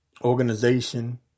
organization